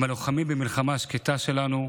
הם הלוחמים במלחמה השקטה שלנו.